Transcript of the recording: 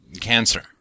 cancer